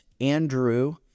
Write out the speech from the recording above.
Andrew